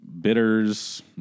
Bitters